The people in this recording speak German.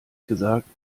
gesagt